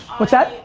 what's that?